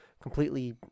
completely